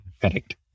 Correct